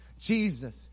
Jesus